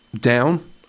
down